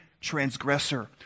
transgressor